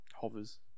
hovers